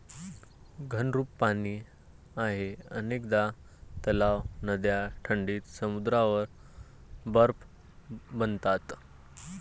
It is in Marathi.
घनरूप पाणी आहे अनेकदा तलाव, नद्या थंडीत समुद्रावर बर्फ बनतात